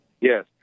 Yes